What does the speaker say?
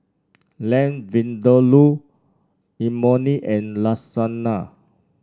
Lamb Vindaloo Imoni and Lasagna